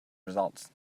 results